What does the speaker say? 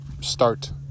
start